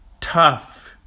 Tough